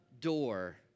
door